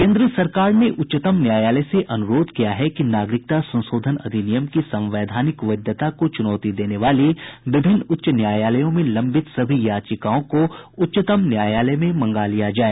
केंद्र सरकार ने उच्चतम न्यायालय से अनुरोध किया है कि नागरिकता संशोधन अधिनियम की संवैधानिक वैधता को चुनौती देने वाली विभिन्न उच्च न्यायालयों में लंबित सभी याचिकाओं को उच्चतम न्यायालय में मंगा लिया जाए